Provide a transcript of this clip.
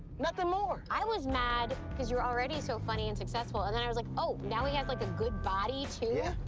nothing more. i was mad cause you're already so funny and successful. and then i was like, oh, now he has, like, a good body, too? yeah,